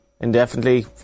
indefinitely